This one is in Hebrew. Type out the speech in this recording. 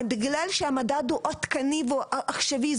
בגלל שהמדד הוא עדכני והוא עכשווי,